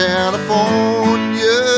California